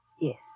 Yes